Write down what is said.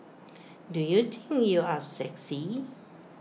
do you think you are sexy